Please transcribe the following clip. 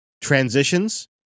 transitions